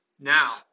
now